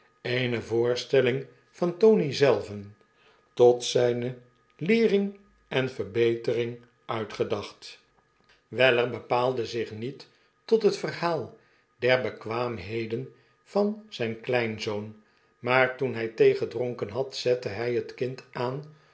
eene voorstelling van tony zelven tot zyne leering en verbetering uitgedacht weller bepaalde zich niet tot het verhaal der bekwaamheden van zyn kleinzoon maar toen hy thee gedronken had zette hy het kind aan